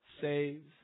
saves